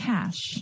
Cash